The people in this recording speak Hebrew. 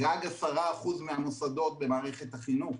גג עד 10% מהמוסדות במערכת החינוך.